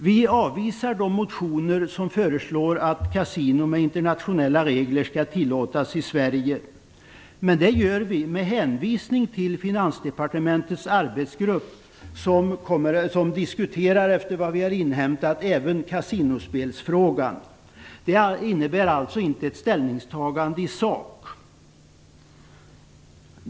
Vi avvisar de motioner där det föreslås att kasino med internationella regler skall tillåtas i Sverige. Det gör vi med hänvisning till Finansdepartementets arbetsgrupp, som enligt vad vi har inhämtat diskuterar även kasinospelsfrågan. Det innebär alltså inte ett ställningstagande i sak.